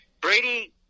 Brady